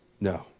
No